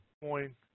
point